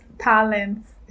talents